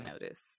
notice